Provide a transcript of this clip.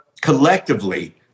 collectively